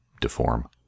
deform